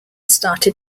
started